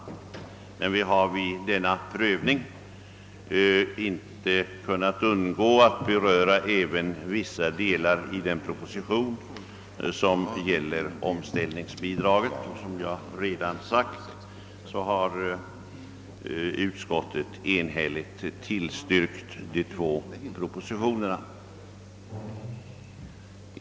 Vid den pröv ningen har vi i utskottet emellertid inte kunnat undgå att även behandla vissa delar av propositionen nr 29 rörande omställningsbidragen. Utskottet har som sagt enhälligt tillstyrkt de båda propositionerna.